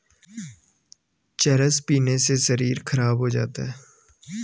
चरस पीने से शरीर खराब हो जाता है